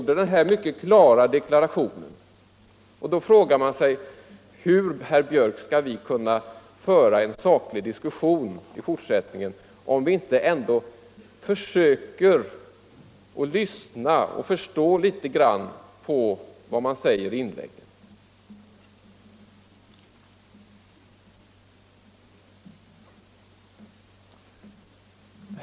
Då frågar man sig: Hur skall vi kunna föra en saklig diskussion i fortsättningen, om vi inte ändå försöker lyssna och förstå litet grand av vad som sägs i inläggen?